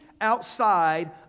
outside